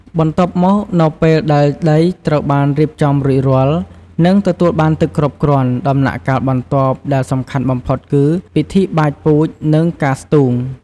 បន្ទាប់មកនៅពេលដែលដីត្រូវបានរៀបចំរួចរាល់ និងទទួលបានទឹកគ្រប់គ្រាន់ ដំណាក់កាលបន្ទាប់ដែលសំខាន់បំផុតគឺ ពិធីបាចពូជ និងការស្ទូង។